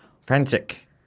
Frantic